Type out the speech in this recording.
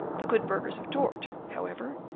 the good burghers of dort, however,